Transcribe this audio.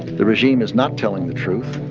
the regime is not telling the truth.